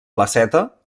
placeta